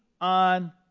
on